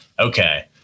Okay